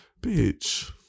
bitch